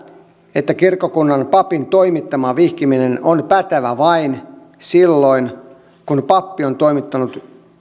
että kirkkokunnan papin toimittama vihkiminen on pätevä vain silloin kun pappi on toimittanut